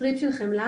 טריפ של חמלה.